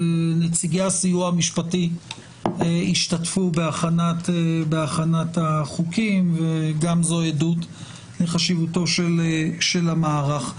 נציגי הסיוע המשפטי השתתפו בהכנת החוקים וגם זו עדות לחשיבותו של המערך.